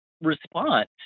response